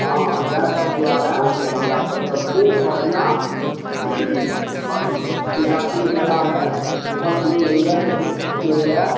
हँ ताहिसब दुआरे से हमरासबके खूब बढ़िआँ पर्व शिवरात्रि मेला अइ शिवपञ्चमी होइए चतुर्दशी होइए